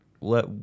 let